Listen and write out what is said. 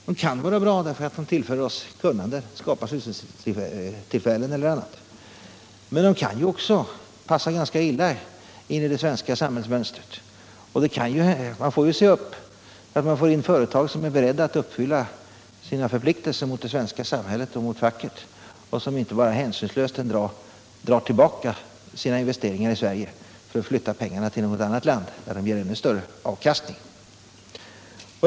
De kan vara bra därför att de tillför oss kunnande och skapar sysselsättningstillfällen eller annat. Men de kan också passa ganska illa in i det svenska samhällsmönstret och man får se upp, så att man får in företag som är beredda att uppfylla sina förpliktelser mot det svenska samhället och mot folket, så att de inte en dag hänsynslöst bara drar tillbaka sina investeringar i Sverige för att flytta pengarna till något annat land, där de ger ännu större avkastning.